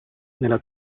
nella